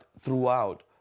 throughout